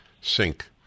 sink